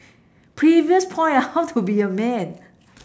previous point how to be a man